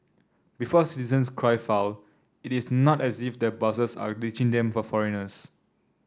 before citizens cry foul it is not as if their bosses are ditching them for foreigners